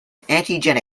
antigen